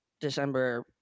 December